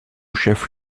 chef